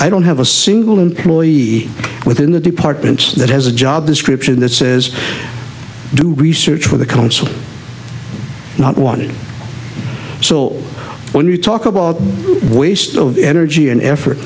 i don't have a single employee within the department that has a job description says do research for the council not wanted so when you talk about waste of energy and effort